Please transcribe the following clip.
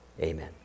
Amen